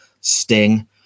Sting